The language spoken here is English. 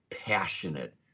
passionate